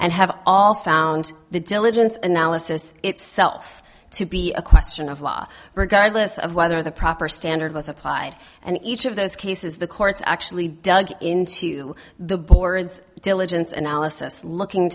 and have all found the diligence and now assists itself to be a question of law regardless of whether the proper standard was applied and each of those cases the courts actually dug into the board's diligence and alice's looking